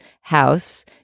house